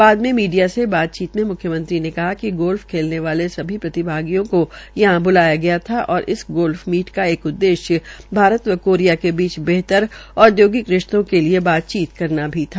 बाद में मीडिया से बातचीत में मुख्यमंत्री ने कहा कि गोल्फ खेलने वाले सभी प्रतिभगियों को यहां ब्लाया गया था और इस गोल्फ मीट का एक उद्देश्य भारत व कोरिया के बीच बेहतक औद्योगिक रिशतों के लिये बातचीत करना भी था